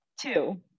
Two